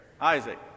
Isaac